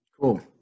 Cool